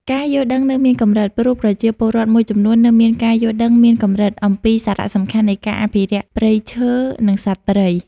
ការយល់ដឹងនៅមានកម្រិត ព្រោះប្រជាពលរដ្ឋមួយចំនួននៅមានការយល់ដឹងមានកម្រិតអំពីសារៈសំខាន់នៃការអភិរក្សព្រៃឈើ និងសត្វព្រៃ។